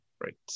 right